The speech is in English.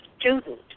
student